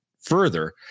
further